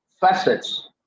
facets